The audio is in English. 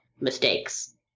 mistakes